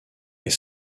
est